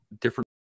different